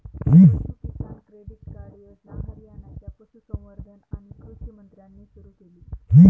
पशु Kisan credit card योजना हरियाणाच्या पशुसंवर्धन आणि कृषी मंत्र्यांनी सुरू केली